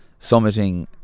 summiting